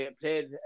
played